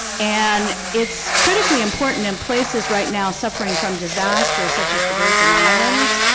and it's critically important in places right now suffering from disasters such as the virgin islands.